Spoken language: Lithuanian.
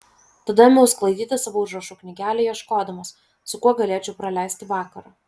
tada ėmiau sklaidyti savo užrašų knygelę ieškodamas su kuo galėčiau praleisti vakarą